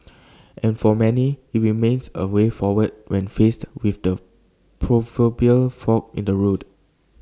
and for many IT remains A way forward when faced with the proverbial fork in the road